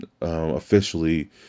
officially